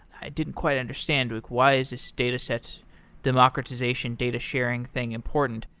i didn't quite understand why why is this dataset democratization, data sharing thing important.